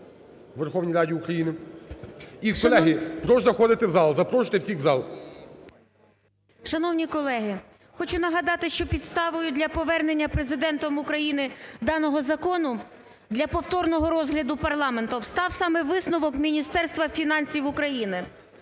Верховній Раді України. І, колеги, прошу заходити в зал. Запрошуйте всіх у зал. 16:15:33 ЛУЦЕНКО І.С. Шановні колеги, хочу нагадати, що підставою для повернення Президентом України даного закону для повторного розгляду парламентом став саме висновок Міністерства фінансів України